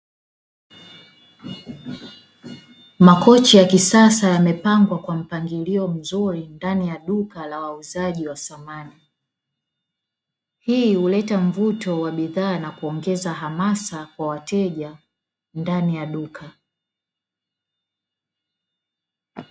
Makochi ya kisasa yamepangwa kwa mpangilio mzuri ndani ya duka la wauzaji wa samani. Hii huleta mvuto wa bidhaa na kuongeza hamasa kwa wateja ndani ya duka.